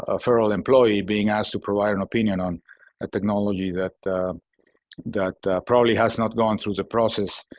ah federal employee being asked to provide an opinion on a technology that that probably has not gone through the process